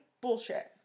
Bullshit